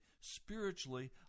Spiritually